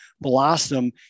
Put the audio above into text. blossom